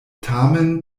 tamen